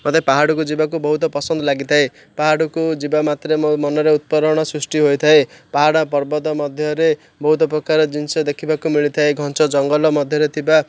ମୋତେ ପାହାଡ଼କୁ ଯିବାକୁ ବହୁତ ପସନ୍ଦ ଲାଗିଥାଏ ପାହାଡ଼କୁ ଯିବା ମାତ୍ରେ ମୋ ମନରେ ଉତ୍ପରଣ ସୃଷ୍ଟି ହେଇଥାଏ ପାହାଡ଼ ପର୍ବତ ମଧ୍ୟରେ ବହୁତ ପ୍ରକାର ଜିନିଷ ଦେଖିବାକୁ ମିଳିଥାଏ ଘଞ୍ଚ ଜଙ୍ଗଲ ମଧ୍ୟରେ ଥିବା